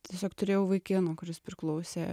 tiesiog turėjau vaikiną kuris priklausė